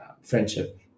friendship